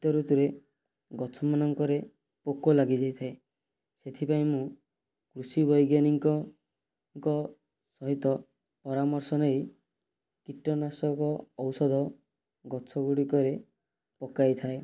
ଶୀତ ଋତୁରେ ଗଛମାନଙ୍କରେ ପୋକ ଲାଗି ଯାଇଥାଏ ସେଥିପାଇଁ ମୁଁ କୃଷି ବୈଜ୍ଞାନିକଙ୍କ ସହିତ ପରାମର୍ଶ ନେଇ କୀଟନାଶକ ଔଷଧ ଗଛ ଗୁଡ଼ିକରେ ପକାଇଥାଏ